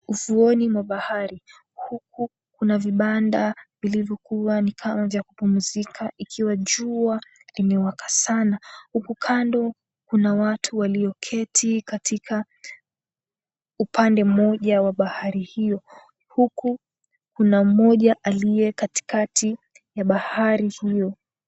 Ufuoni mwa bahari, huku kuna vibanda vilivyokuwa ni kama vya kupumzika. Ikiwa jua limewaka sana. Huku kando kuna watu walioketi katika upande mmoja wa bahari hiyo. Huku kuna mmoja aliye katikati ya bahari hiyo.